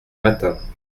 matins